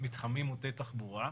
מתחמים מוטי תחבורה,